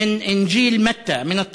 (אומר דברים בשפה הערבית, להלן